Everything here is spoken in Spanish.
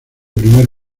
primer